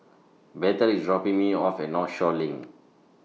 Bethel IS dropping Me off At Northshore LINK